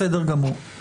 בסדר גמור,